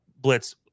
blitz